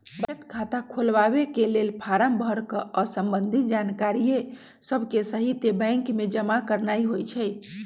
बचत खता खोलबाके लेल फारम भर कऽ संबंधित जानकारिय सभके सहिते बैंक में जमा करनाइ होइ छइ